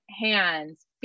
hands